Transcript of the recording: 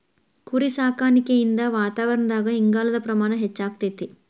ಕುರಿಸಾಕಾಣಿಕೆಯಿಂದ ವಾತಾವರಣದಾಗ ಇಂಗಾಲದ ಪ್ರಮಾಣ ಹೆಚ್ಚಆಗ್ತೇತಿ